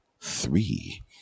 three